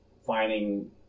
finding